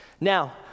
Now